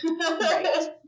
Right